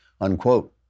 unquote